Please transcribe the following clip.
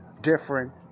different